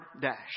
dash